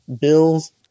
Bills